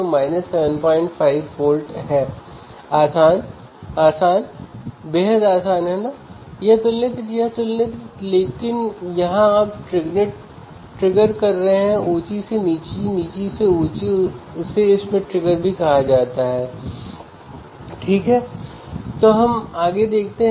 क्या आप नॉइज़ को कम करके इस सिग्नल को निकाल सकते हैं